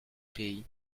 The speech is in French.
pays